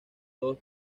dos